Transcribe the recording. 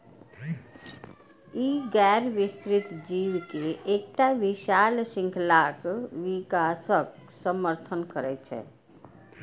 ई गैर विस्तृत जीव के एकटा विशाल शृंखलाक विकासक समर्थन करै छै